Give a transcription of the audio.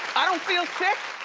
i don't feel sick.